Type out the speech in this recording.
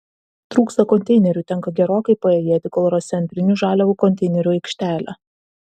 trūksta konteinerių tenka gerokai paėjėti kol rasi antrinių žaliavų konteinerių aikštelę